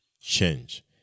change